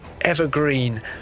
evergreen